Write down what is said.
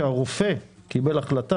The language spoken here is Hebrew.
שרופא הכנסת קיבל החלטה,